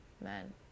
men